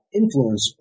influence